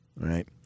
right